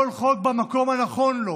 כל חוק במקום הנכון לו.